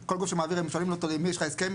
כל גוף שמעביר הם שואלים אותו למי יש לך הסכם?